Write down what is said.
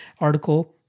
article